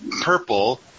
purple